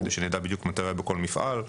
כדי שנדע בדיוק מתי הוא היה בכל מפעל.